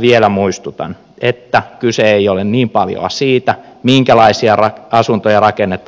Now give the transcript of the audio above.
vielä muistutan että kyse ei isossa kuvassa ole niin paljoa siitä minkälaisia asuntoja rakennetaan